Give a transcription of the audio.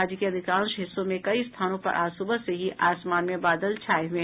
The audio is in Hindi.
राज्य के अधिकांश हिस्सों में कई स्थानों पर आज सुबह से ही आसमान में बादल छाये रहे